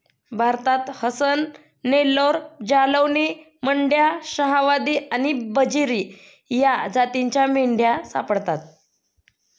भारतात हसन, नेल्लोर, जालौनी, मंड्या, शाहवादी आणि बजीरी या जातींच्या मेंढ्या सापडतात